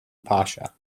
pasha